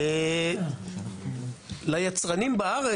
ליצרנים בארץ,